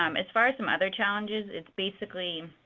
um as far as some other challenges, it's basically